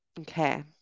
Okay